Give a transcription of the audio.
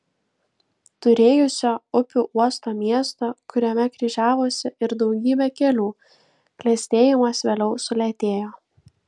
turėjusio upių uostą miesto kuriame kryžiavosi ir daugybė kelių klestėjimas vėliau sulėtėjo